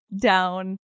down